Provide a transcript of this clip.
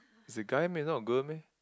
is a guy meh not a girl meh